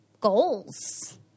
goals